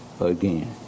again